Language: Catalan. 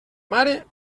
mare